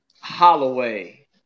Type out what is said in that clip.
Holloway